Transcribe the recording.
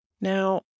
Now